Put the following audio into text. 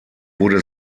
wurde